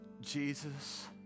Jesus